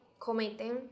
cometen